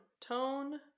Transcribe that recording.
Tone